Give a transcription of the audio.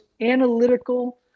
analytical